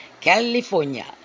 California